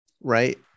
right